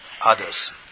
others